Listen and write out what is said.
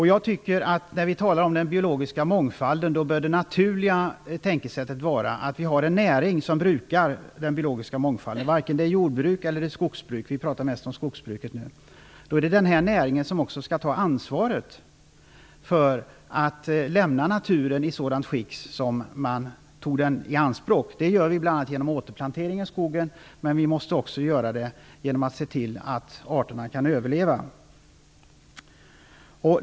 Jag tycker att när vi talar om den biologiska mångfalden bör det naturliga tänkesättet vara att vi har en näring som brukar denna mångfald, oavsett om det handlar om jord eller skogsbruk. Här har vi ju mest pratat om skogsbruket. Det är också denna näring som skall ta ansvaret för att lämna naturen i samma skick som när man tog den i anspråk. Detta görs ju bl.a. genom återplantering av skogen, men det måste också göras genom att man ser till att arterna kan överleva.